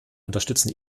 unterstützen